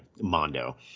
Mondo